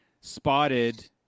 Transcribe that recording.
spotted